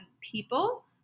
people